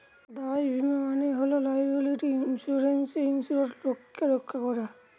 দায় বীমা মানে হল লায়াবিলিটি ইন্সুরেন্সে ইন্সুরেড লোককে রক্ষা করা